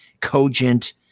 cogent